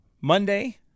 Monday